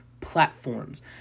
platforms